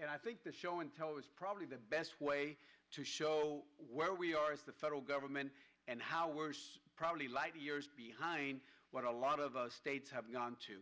and i think the show intel is probably the best way to show where we are as the federal government and how we're probably light years behind what a lot of states have gone to